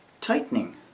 tightening